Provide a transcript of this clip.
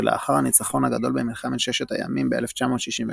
שלאחר הניצחון הגדול במלחמת ששת הימים ב־1967,